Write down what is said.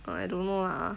uh I don't know lah